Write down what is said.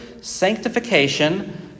sanctification